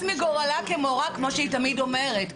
מגורלה כמו מורה כמו שהיא תמיד אומרת,